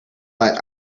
but